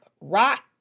rock